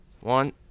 one